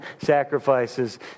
sacrifices